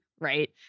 right